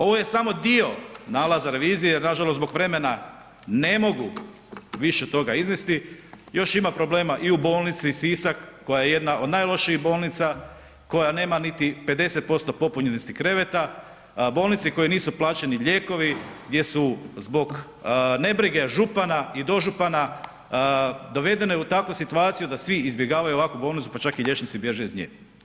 Ovo je samo dio nalaza revizije, nažalost zbog vremena ne mogu više toga iznesti, još ima problema i u bolnici Sisak koja je jedna od najlošijih bolnica, koja nema niti 50% popunjenosti kreveta, bolnici kojoj nisu plaćeni lijekovi, gdje su zbog nebrige župana i dožupana dovedene u takvu situaciju da svi izbjegavaju ovakvu bolnicu pa čak i liječnici bježe iz nje.